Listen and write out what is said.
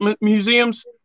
museums